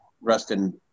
Rustin